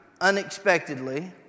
unexpectedly